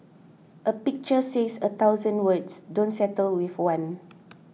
a pictures says a thousand words don't settle with one